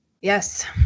Yes